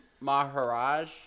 Maharaj